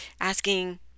asking